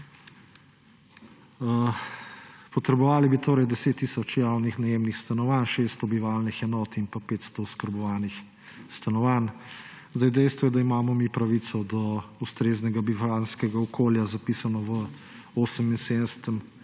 Potrebovali bi 10 tisoč javnih najemnih stanovanj, 600 bivalnih enot in 500 oskrbovanih stanovanj. Dejstvo je, da imamo mi pravico do ustreznega bivanjskega okolja zapisano v 78.